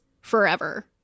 forever